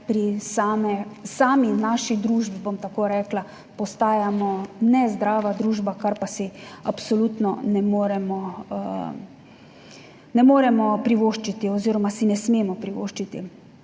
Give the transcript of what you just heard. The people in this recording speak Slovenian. pri sami naši družbi, bom tako rekla, postajamo nezdrava družba, kar pa si absolutno ne moremo privoščiti oziroma si ne smemo privoščiti